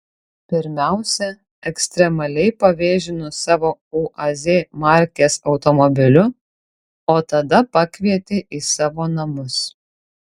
pirmiausia ekstremaliai pavėžino savo uaz markės automobiliu o tada pakvietė į savo namus